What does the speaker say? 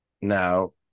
Now